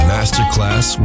Masterclass